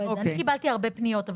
אני קיבלתי הרבה פניות,